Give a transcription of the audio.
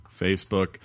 Facebook